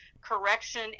correction